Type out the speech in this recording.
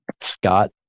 scott